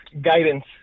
guidance